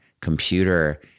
computer